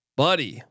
buddy